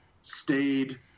stayed